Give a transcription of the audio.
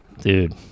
Dude